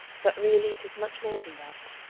but really it is much more than that.